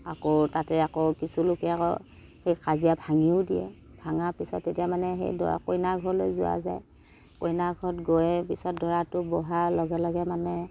আকৌ তাকে আকৌ কিছু লোকে আকৌ সেই কাজিয়া ভাঙিও দিয়ে ভাঙা পিছত তেতিয়া মানে সেই দৰা কইনাঘৰলৈ যোৱা যায় কইনা ঘৰত গৈয়ে পিছত দৰাটো বহাৰ লগে লগে মানে